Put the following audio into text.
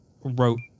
wrote